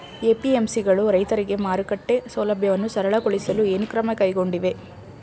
APMC ಗಳು ರೈತರಿಗೆ ಮಾರುಕಟ್ಟೆ ಸೌಲಭ್ಯವನ್ನು ಸರಳಗೊಳಿಸಲು ಏನು ಕ್ರಮ ಕೈಗೊಂಡಿವೆ?